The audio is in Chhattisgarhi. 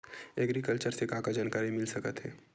एग्रीकल्चर से का का जानकारी मिल सकत हे?